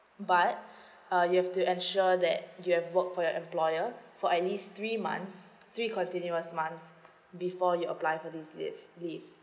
but uh you have to ensure that you have worked for your employer for at least three months we continuous months before you apply for this leave leave